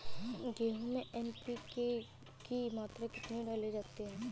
गेहूँ में एन.पी.के की मात्रा कितनी डाली जाती है?